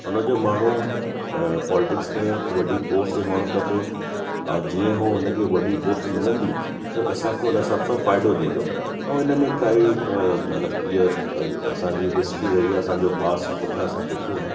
हुनजो माण्हू अ पॉलिटिक्स में वॾी पोस्ट ते हुअण खपे ऐं जीअं हो हुनखे वॾी पोस्ट मिलनि थियूं त असांखो उन सां फ़ाइदो ॾींदो ऐं हिनमें काई अ मतिलब इया असांजी जेके हिस्ट्री रही आहे असांजो पास्ट पुठिया असां ॾिठो आहे